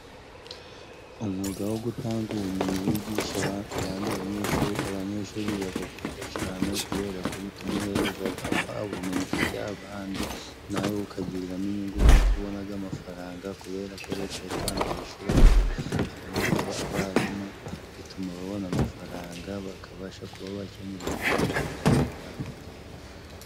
Umwuga wo gutanga ubumenyi wigisha abandi banyeshuri, bibaga byiza cane kubera ko bituma uhereza ubumenyi ufite abandi, nawe ukagiriramo inyungu yuko ubonaga amafaranga kubera ko Leta y'u Rwanda yishuraga abarimu, ituma babona amafaranga bakabasha kuba bakemura ibibazo mu miryango yabo.